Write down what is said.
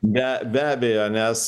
be be abejo nes